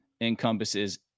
encompasses